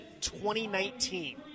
2019